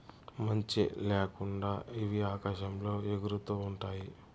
మంచి ల్యాకుండా ఇవి ఆకాశంలో ఎగురుతూ ఉంటాయి